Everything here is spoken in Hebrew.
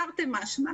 תרתי משמע.